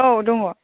औ दङ